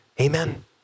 Amen